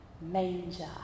manger